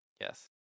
Yes